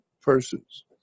persons